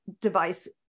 device